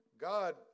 God